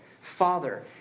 father